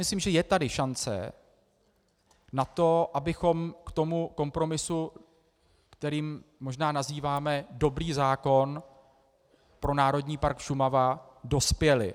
Myslím, že je tady šance na to, abychom k tomu kompromisu, kterým možná nazýváme dobrý zákon pro Národní park Šumava, dospěli.